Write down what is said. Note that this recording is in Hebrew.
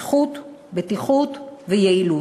איכות, בטיחות ויעילות.